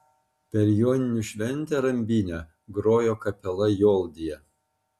per joninių šventę rambyne grojo kapela joldija